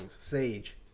Sage